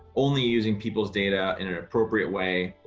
only using people's data in an appropriate way,